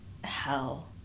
hell